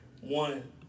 One